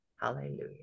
Hallelujah